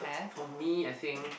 for me I think